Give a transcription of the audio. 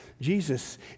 Jesus